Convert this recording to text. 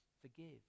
forgive